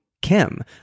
kim